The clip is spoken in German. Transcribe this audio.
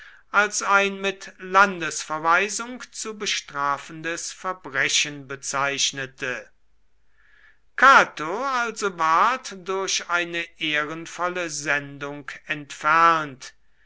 als ein mit landesverweisung zu bestrafendes verbrechen bezeichnete cato also ward durch eine ehrenvolle sendung entfernt